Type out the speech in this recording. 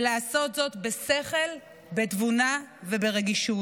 ולעשות זאת בשכל, בתבונה וברגישות.